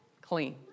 clean